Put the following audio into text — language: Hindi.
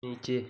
नीचे